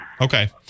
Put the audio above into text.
Okay